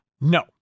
No